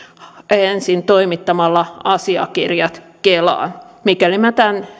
ensin toimittamalla asiakirjat kelaan mikäli minä tämän